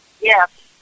Yes